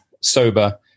sober